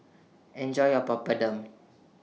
Enjoy your Papadum